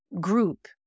group